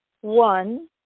One